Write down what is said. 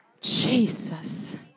Jesus